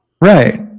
Right